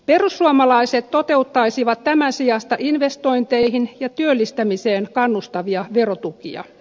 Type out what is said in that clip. perussuomalaiset toteuttaisivat tämän sijasta investointeihin ja työllistämiseen kannustavia verotukia